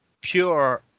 pure